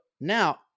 now